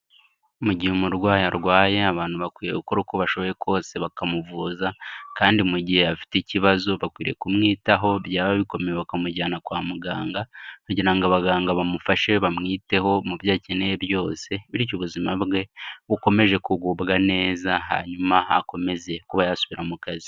Mu gihe umurwayi arwaye abantu bakwiye gukora uko bashoboye kose bakamuvuza, kandi mu gihe afite ikibazo bakwiye kumwitaho byaba bikomeye bakamujyana kwa muganga, kugira ngo abaganga bamufashe bamwiteho mubyo akeneye byose bityo ubuzima bwe bukomeze kugubwa neza, hanyuma akomeze kuba yasubira mu kazi.